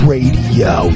Radio